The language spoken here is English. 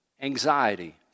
Anxiety